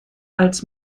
als